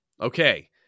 Okay